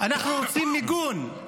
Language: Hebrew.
אנחנו רוצים מיגון,